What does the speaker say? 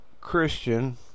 Christian